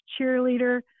cheerleader